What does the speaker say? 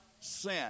sin